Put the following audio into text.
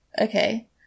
Okay